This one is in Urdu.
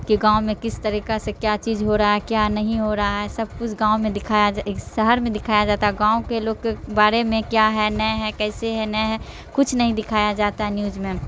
کہ گاؤں میں کس طریقہ سے کیا چیز ہو رہا ہے کیا نہیں ہو رہا ہے سب کچھ گاؤں میں دکھایا جا شہر میں دکھایا جاتا ہے گاؤں کے لوگ کے بارے میں کیا ہے نہیں ہے کیسے ہے نہیں ہے کچھ نہیں دکھایا جاتا ہے نیوج میں